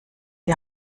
die